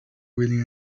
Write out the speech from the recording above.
really